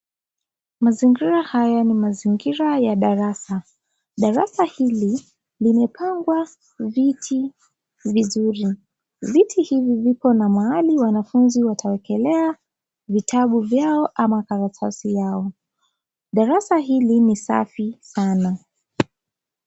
Mazingira haya ni mazingira ya darasa. Darasa hili limepangwa viti vizuri, Viti hivi viko na mahali wanafunzi watawekelea vitabu vyao ama karatasi yao. Darasa hili ni safi sana.